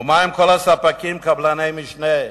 ומה עם כל הספקים, קבלני משנה,